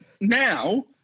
now